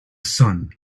sun